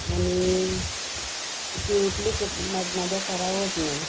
आणि ती उठली की मग माझा सराव होत नाही